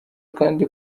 kandi